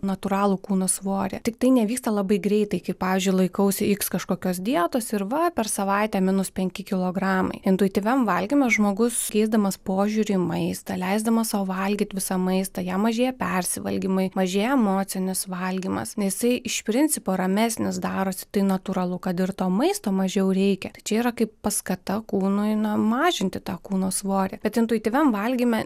natūralų kūno svorį tiktai nevyksta labai greitai kaip pavyzdžiui laikausi iks kažkokios dietos ir va per savaitę minus penki kilogramai intuityviam valgymui žmogus keisdamas požiūrį į maistą leisdamas sau valgyt visą maistą jam mažėja persivalgymai mažėja emocinis valgymas na jisai iš principo ramesnis darosi tai natūralu kad ir to maisto mažiau reikia tai čia yra kaip paskata kūnui na mažinti tą kūno svorį kad intuityviam valgyme